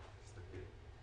אני מבקש לציין